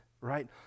right